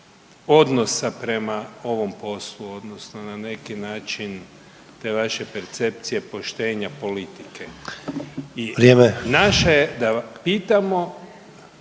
odnosa prema ovom poslu odnosno na neki način te vaše percepcije poštenja politike i …/Upadica: Vrijeme/… naše je da vas pitamo,